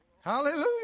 Hallelujah